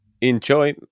enjoy